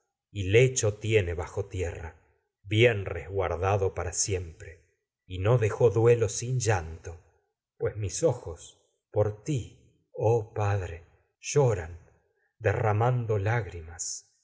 y lecho y tiene no bajo tierra bien resguardado pues siempre dejó duelo sin llanto mis y no ojos ti oh padre lloran derramando lágrimas